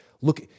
look